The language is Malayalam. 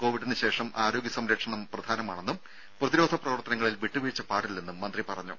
കൊവിഡിനു ശേഷം ആരോഗ്യ സംരക്ഷണം പ്രധാനമാണെന്നും പ്രതിരോധ പ്രവർത്തനങ്ങളിൽ വിട്ടുവീഴ്ച പാടില്ലെന്നും മന്ത്രി പറഞ്ഞു